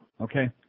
Okay